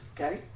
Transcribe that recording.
Okay